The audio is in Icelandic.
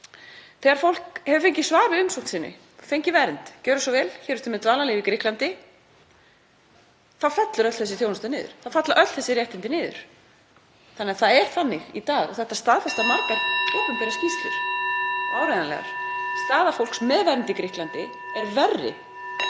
Þegar fólk hefur fengið svar við umsókn sinni, fengið vernd, gjörið svo vel, hér ertu með dvalarleyfi í Grikklandi, þá fellur öll þessi þjónusta niður, þá falla öll þessi réttindi niður. (Forseti hringir.) Það er þannig í dag, og það staðfesta margar opinberar skýrslur og áreiðanlegar, að staða fólks með vernd í Grikklandi er verri